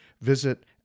Visit